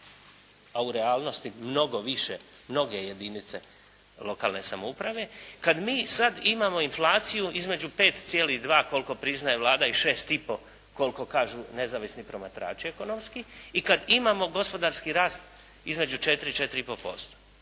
a u realnosti mnogo više mnoge jedinice lokalne samouprave kad mi sad imamo inflaciju između 5,2 koliko priznaje Vlada i 6,5 koliko kažu nezavisni promatrači ekonomski i kad imamo gospodarski rast između 4 i 4,5%.